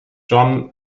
john